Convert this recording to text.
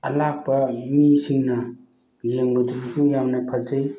ꯑꯔꯥꯛꯄ ꯃꯤꯁꯤꯡꯅ ꯌꯦꯡꯕꯗꯁꯨ ꯌꯥꯝꯅ ꯐꯖꯩ